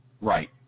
Right